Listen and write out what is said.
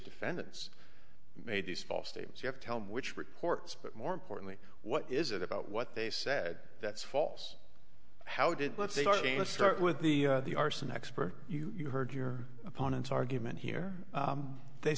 defendants made these false statements you have to tell them which reports but more importantly what is it about what they said that's false how did let's start again let's start with the the arson expert you've heard your opponent's argument here they